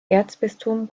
erzbistum